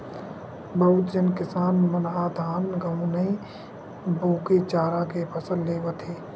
बहुत झन किसान मन ह धान, गहूँ नइ बो के चारा के फसल लेवत हे